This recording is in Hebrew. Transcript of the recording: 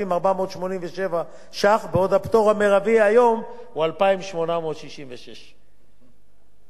בעוד הפטור המרבי היום הוא 2,866. עשינו